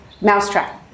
mousetrap